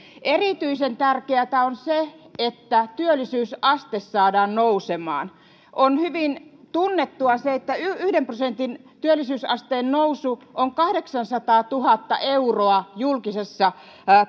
erityisen tärkeätä on se että työllisyysaste saadaan nousemaan on hyvin tunnettua se että yhden prosentin työllisyysasteen nousu on kahdeksansataatuhatta euroa julkisessa